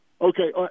Okay